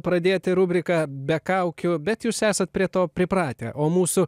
pradėti rubriką be kaukių bet jūs esat prie to pripratę o mūsų